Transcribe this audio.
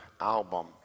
album